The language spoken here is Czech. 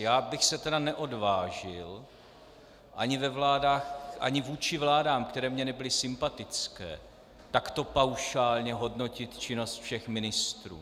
Já bych se tedy neodvážil ani ve vládách, ani vůči vládám, které mi nebyly sympatické, takto paušálně hodnotit činnost všech ministrů.